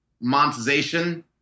monetization